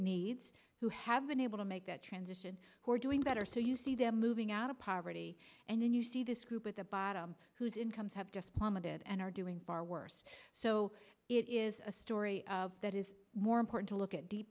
needs who have been able to make that transition who are doing better so you see them moving out of poverty and then you see this group at the bottom whose incomes have just plummeted and are doing far worse so it is a story that is more important to look at the